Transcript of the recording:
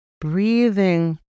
breathing